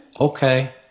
okay